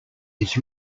his